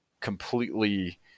completely